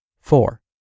Four